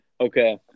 okay